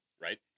Right